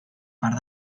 part